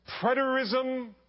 preterism